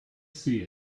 see